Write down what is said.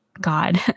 god